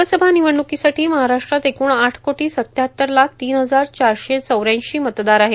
लोकसभा निवडणूकीसाठी महाराष्ट्रात एकूण आठ कोटी सत्त्याहत्तर लाख तीन हजार चारशे चौऱ्यांऐशी मतदार आहेत